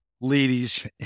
ladies